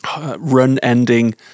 run-ending